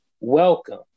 Welcome